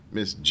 Miss